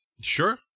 Sure